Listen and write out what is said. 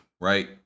right